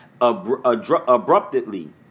abruptly